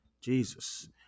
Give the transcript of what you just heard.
jesus